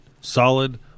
solid